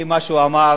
לפי מה שהוא אמר,